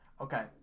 Okay